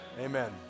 Amen